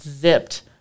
zipped